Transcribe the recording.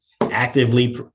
Actively